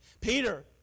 Peter